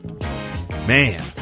man